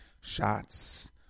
shots